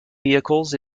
vehicles